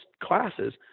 classes